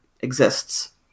exists